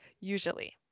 Usually